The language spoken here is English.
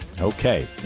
Okay